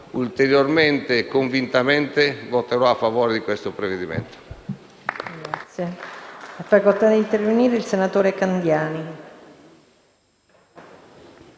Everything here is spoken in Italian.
ulteriormente e convintamente, voterò a favore di questo provvedimento.